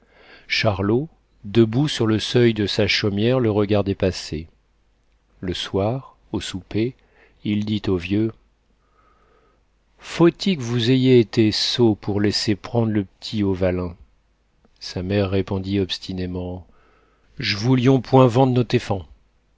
charlot debout sur le seuil de sa chaumière le regardait passer le soir au souper il dit aux vieux faut-il qu vous ayez été sots pour laisser prendre le p'tit aux vallin sa mère répondit obstinément j'voulions point vendre not éfant